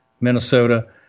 Minnesota